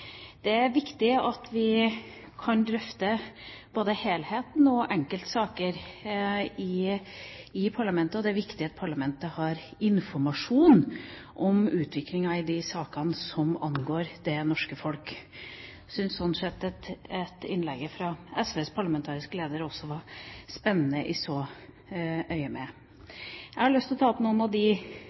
Det er viktig at vi kan drøfte både helheten og enkeltsaker i parlamentet, og det er viktig at parlamentet har informasjon om utviklingen i de sakene som angår det norske folk. Jeg syns innlegget fra SVs parlamentariske leder også var spennende i så henseende. Jeg har lyst til å ta opp noen av de